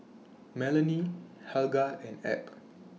Melanie Helga and Ab